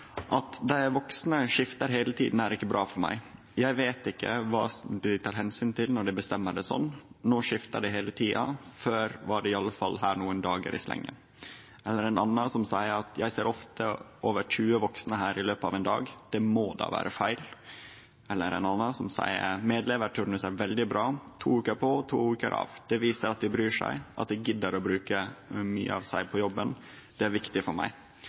voksne hele tiden er ikke bra for meg. Vet ikke hva de tar hensyn til når de bestemmer det sånn. Nå skifter det hele tida, før var de i hvert fall her noen dager i slengen.» Ein annan seier: «Jeg ser ofte over 20 voksne her i løpet av en dag. Det må da være feil?» Eller ein annan, som seier: «Medleverturnus er veldig bra. To uker på og to uker av. Det viser at de bryr seg. At de gidder å bruke så mye av seg på jobben. Det er viktig for meg.»